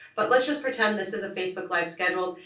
but let's just pretend this as a facebook live scheduled,